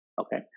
Okay